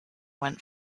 went